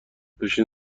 بشین